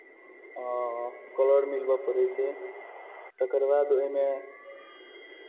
colour मिलबय पड़ै छै तकर बाद ओहिमे